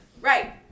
right